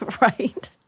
right